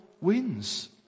wins